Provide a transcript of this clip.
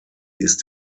ist